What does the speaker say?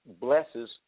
blesses